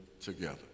together